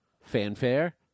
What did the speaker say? fanfare